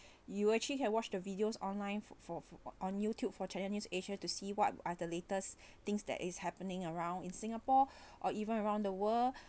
you actually can watch the videos online for for on youtube for channel news asia to see what are the latest things that is happening around in singapore or even around the world